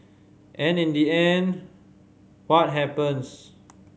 and in the end what happens